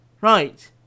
Right